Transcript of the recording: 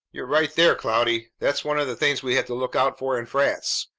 you're right there, cloudy. that's one of the things we have to look out for in frats.